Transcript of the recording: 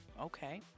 okay